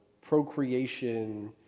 procreation